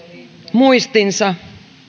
muistinsa